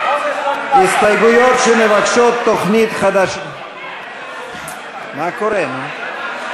הסתייגויות שמבקשות תוכנית חדשה, מה קורה, נו?